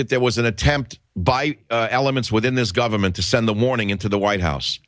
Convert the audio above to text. that there was an attempt by elements within this government to send the morning into the white house